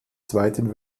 zweiten